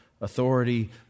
authority